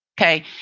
Okay